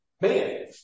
Man